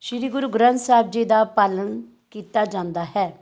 ਸ਼੍ਰੀ ਗੁਰੂ ਗ੍ਰੰਥ ਸਾਹਿਬ ਜੀ ਦਾ ਪਾਲਨ ਕੀਤਾ ਜਾਂਦਾ ਹੈ